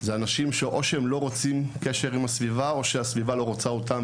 זה אנשים שאו שהם לא רוצים קשר עם הסביבה או שהסביבה לא רוצה אותם,